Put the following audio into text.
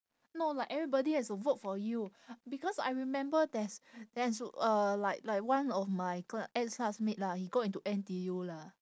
no like everybody has to vote for you because I remember there's there's uh like like one of my cla~ ex classmate lah he got into N_T_U lah